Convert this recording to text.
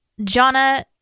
Jonna